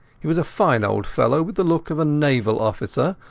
he was a fine old fellow, with the look of a naval officer,